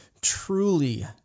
Truly